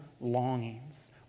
longings